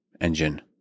engine